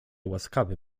łaskawy